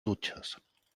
dutxes